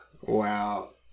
Wow